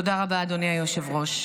תודה רבה, אדוני היושב-ראש.